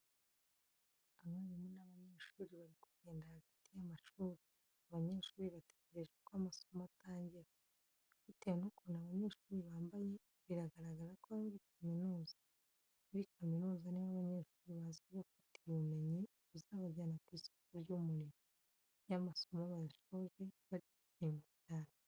Abarimu n'abanyeshuri bari kugenda hagati y'amashuri, abanyeshuri bategereje ko amasomo atangira. Bitewe nukuntu abanyeshuri bambaye biragaragara ko ari muri kaminuza. Muri kaminuza niho abanyeshuri baza gufatira ubumenyi buzabajyana ku isoko ry'umurimo, iyo amasomo bayasoje barishima cyane.